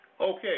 Okay